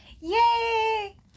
Yay